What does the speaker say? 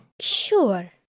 Sure